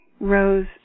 rose